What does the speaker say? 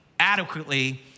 adequately